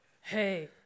hey